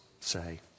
say